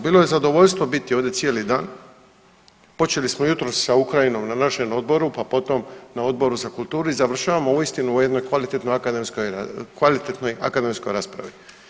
Bilo je zadovoljstvo biti ovdje cijeli dan, počeli smo jutros sa Ukrajinom na našem odboru, pa potom na Odboru za kulturu i završavamo uistinu o jednoj kvalitetnoj akademskoj, kvalitetnoj akademskoj raspravi.